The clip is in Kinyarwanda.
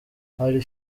hari